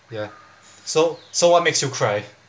ya so so what makes you cry